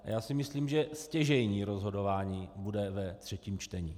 Já si myslím, že stěžejní rozhodování bude ve třetím čtení.